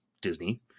Disney